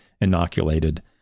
inoculated